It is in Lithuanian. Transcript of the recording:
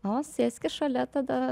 o sėskis šalia tada